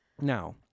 Now